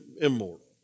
immortal